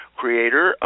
creator